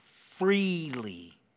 freely